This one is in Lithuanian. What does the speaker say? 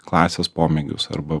klasės pomėgius arba